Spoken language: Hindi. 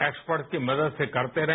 एक्सपर्ट की मदद से करते रहे